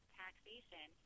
taxation